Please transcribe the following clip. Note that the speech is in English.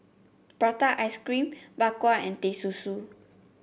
Prata Ice Cream Bak Kwa and Teh Susu